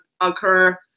occur